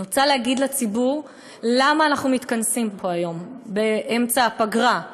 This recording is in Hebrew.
אני רוצה להגיד לציבור למה אנחנו מתכנסים פה היום באמצע הפגרה,